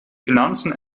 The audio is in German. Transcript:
finanzen